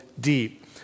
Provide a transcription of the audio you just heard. deep